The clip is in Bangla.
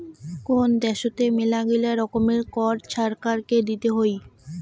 কোন দ্যাশোতে মেলাগিলা রকমের কর ছরকারকে দিতে হই